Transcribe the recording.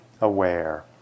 aware